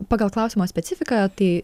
pagal klausimo specifiką tai